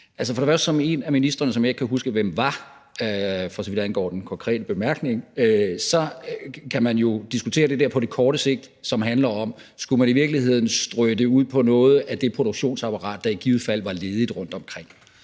kan man, som en af ministrene, som jeg ikke kan huske hvem var, for så vidt angår den konkrete bemærkning, sagde, diskutere det på det korte sigt, som handler om, om man i virkeligheden skulle strø det ud på noget af det produktionsapparat, der i givet fald var ledigt rundtomkring.